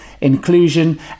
inclusion